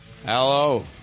Hello